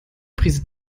prise